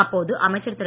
அப்போது அமைச்சர் திரு